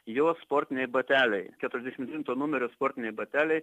jos sportiniai bateliai keturiasdešimt devinto numerio sportiniai bateliai